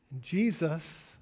Jesus